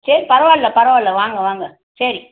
சரி பரவாயில்ல பரவாயில்ல வாங்க வாங்க சரி